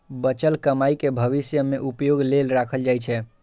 बचल कमाइ कें भविष्य मे उपयोग लेल राखल जाइ छै